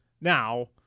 Now